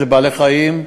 אלה בעלי-חיים,